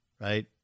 right